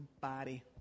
body